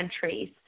countries